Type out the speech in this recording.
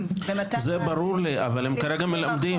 במתן- -- ברור לי אבל הם כרגע מלמדים.